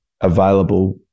available